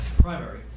primary